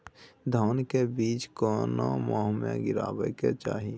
धान के बीज केना मास में गीरावक चाही?